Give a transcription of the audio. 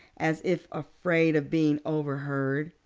as if afraid of being overheard,